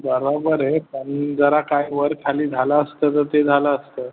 बरोबर आहे पण जरा काय वर खाली झालं असतं तर ते झालं असतं